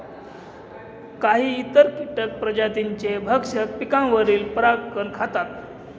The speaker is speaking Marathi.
काही इतर कीटक प्रजातींचे भक्षक पिकांवरचे परागकण खातात